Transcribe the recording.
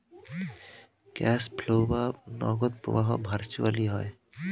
cash flow বা নগদ প্রবাহ ভার্চুয়ালি হয়